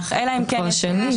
כבר שני.